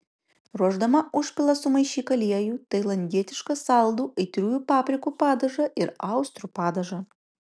ruošdama užpilą sumaišyk aliejų tailandietišką saldų aitriųjų paprikų padažą ir austrių padažą